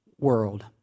world